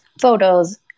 photos